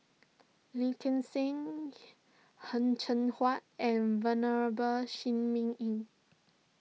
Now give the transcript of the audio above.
Lee Gek Seng Heng Cheng Hwa and Venerable Shi Ming Yi